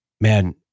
man